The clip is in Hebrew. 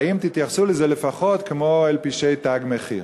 האם תתייחסו לזה לפחות כמו לפשעי "תג מחיר"?